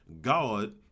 God